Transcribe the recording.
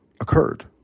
occurred